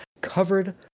covered